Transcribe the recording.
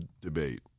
debate